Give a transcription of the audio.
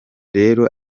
rero